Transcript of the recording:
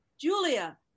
Julia